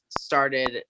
started